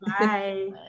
Bye